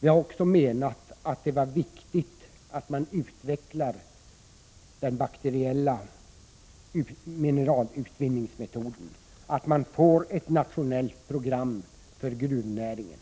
Vi har också ansett det viktigt att utveckla den bakteriella mineralutvinningsmetoden, att få ett nationellt program för gruvnäringen,